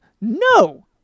No